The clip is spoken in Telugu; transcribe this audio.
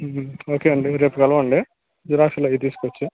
ఓకే అండీ రేపు కలవండి జీరాక్స్లు అవీ తీసుకొచ్చి